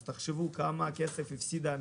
אז תחשבו כמה כסף המדינה הפסידה,